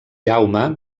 jaume